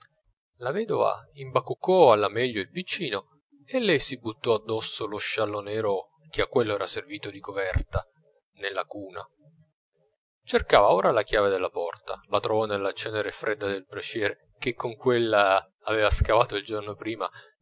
salute la vedova imbacuccò alla meglio il piccino e lei si buttò addosso lo sciallo nero che a quello era servito di coverta nella cuna cercava ora la chiave della porta la trovò nella cenere fredda del braciere che con quella aveva scavata il giorno prima